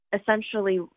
essentially